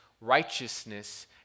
righteousness